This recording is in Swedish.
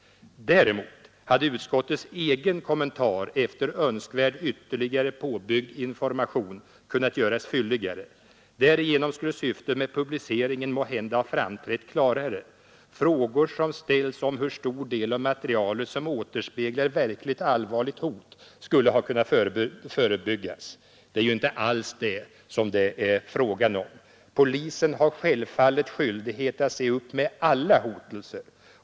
Däremot hade utskottets egen kommentar efter önskvärd ytterligare påbyggd information kunnat göras fylligare. Därigenom skulle syftet med publiceringen måhända ha framträtt klarare. Frågor som ställts om hur stor del av materialet som återspeglar verkligt allvarliga hot skulle då ha kunnat förebyggas. Ty det är ju inte alls det som det är fråga om. Polisen har självfallet skyldighet att se upp med alla hotelser.